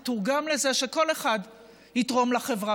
תתורגם לזה שכל אחד יתרום לחברה,